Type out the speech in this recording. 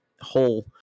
whole